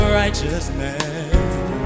righteousness